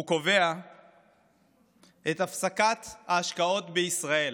הוא קובע את הפסקת ההשקעות בישראל.